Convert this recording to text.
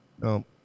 No